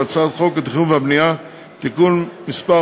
ובהצעת חוק התכנון והבנייה (תיקון מס'